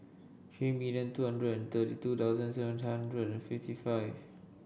three million two hundred and thirty two thousand seven hundred and fifty five